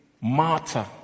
martyr